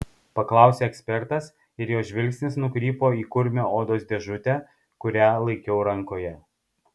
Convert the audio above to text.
paklausė ekspertas ir jo žvilgsnis nukrypo į kurmio odos dėžutę kurią laikiau rankoje